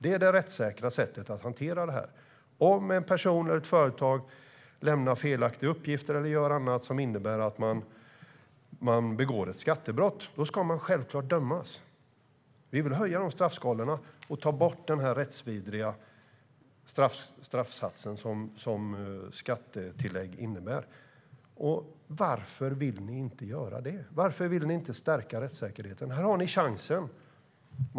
Det är det rättssäkra sättet att hantera frågan. Om en person eller ett företag lämnar felaktiga uppgifter eller gör något annat som innebär att man begår ett skattebrott ska man självklart dömas. Vi vill höja straffskalorna och ta bort den rättsvidriga straffsatsen som skattetillägg innebär. Varför vill Socialdemokraterna inte göra så? Varför vill ni inte stärka rättssäkerheten? Här har ni chansen.